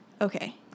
Okay